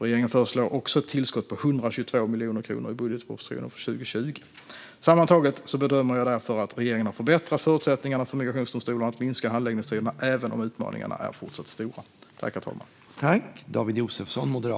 Regeringen föreslår också ett tillskott på 122 miljoner kronor i budgetpropositionen för 2020. Sammantaget bedömer jag därför att regeringen har förbättrat förutsättningarna för migrationsdomstolarna att korta handläggningstiderna, även om utmaningarna är fortsatt stora.